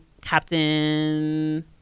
Captain